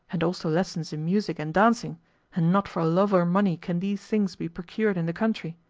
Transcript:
and also lessons in music and dancing and not for love or money can these things be procured in the country.